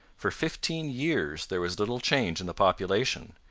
for fifteen years there was little change in the population,